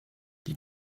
die